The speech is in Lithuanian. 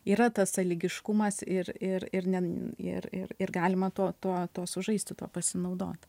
yra tas sąlygiškumas ir ir ir ne ir ir ir galima to to tos sužaisti tuo pasinaudot